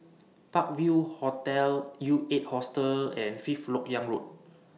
Park View Hotel U eight Hostel and Fifth Lok Yang Road